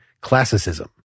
classicism